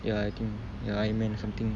ya I think ya iron man or something